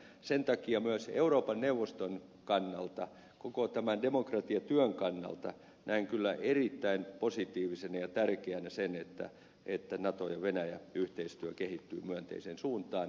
sen takia myös euroopan neuvoston kannalta koko tämän demokratiatyön kannalta näen kyllä erittäin positiivisena ja tärkeänä sen että naton ja venäjän yhteistyö kehittyy myönteiseen suuntaan